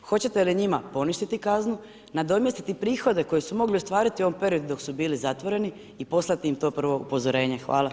Hoćete li njima poništiti kaznu, nadomjestiti prihode koje su mogli ostvariti u ovom periodu dok su bili zatvoreni i poslati im to prvo upozorenje?